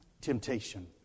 temptation